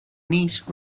niece